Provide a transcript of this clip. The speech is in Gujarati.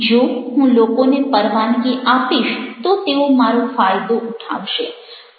જો હું લોકોને પરવાનગી આપીશ તો તેઓ મારો ફાયદો ઉઠાવશે